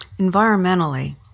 environmentally